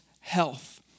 health